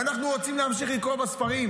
ואנחנו רוצים להמשיך לקרוא בספרים,